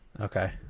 okay